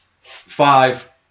five